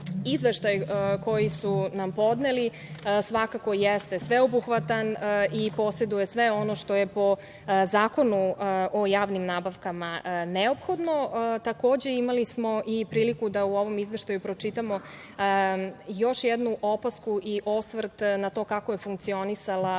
Izveštaj koji su nam podneli svakako jeste sveobuhvatan i poseduje sve ono što je po Zakonu o javnim nabavkama neophodno. Takođe, imali smo i priliku da u ovom izveštaju pročitamo još jednu opasku i osvrt na to kako je funkcionisala